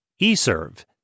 eServe